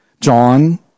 John